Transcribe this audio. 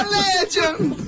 legend